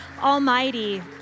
Almighty